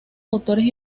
autores